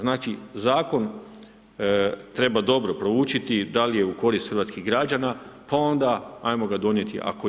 Znači, zakon treba dobro proučiti da li je u korist hrvatskih građana pa onda hajmo ga donijeti ako je.